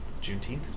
Juneteenth